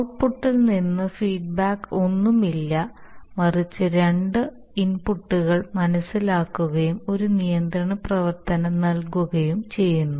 ഔട്ട്പുട്ടിൽ നിന്ന് ഫീഡ്ബാക്ക് ഒന്നുമില്ല മറിച്ച് രണ്ട് ഇൻപുട്ടുകൾ മനസ്സിലാക്കുകയും ഒരു നിയന്ത്രണ പ്രവർത്തനം നൽകുകയും ചെയ്യുന്നു